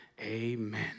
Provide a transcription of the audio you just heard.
amen